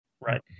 Right